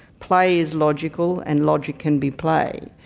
play is logical, and logic can be play.